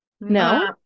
No